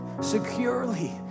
securely